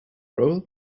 role